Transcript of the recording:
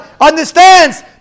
understands